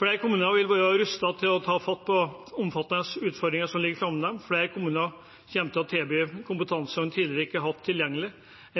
Flere kommuner vil være rustet til å ta fatt på de omfattende utfordringene som ligger foran dem. Flere kommuner kommer til å tilby kompetanse en tidligere ikke har hatt tilgjengelig,